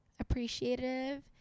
appreciative